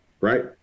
right